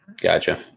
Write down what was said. Gotcha